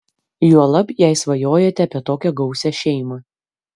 juolab jei svajojate apie tokią gausią šeimą